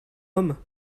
homme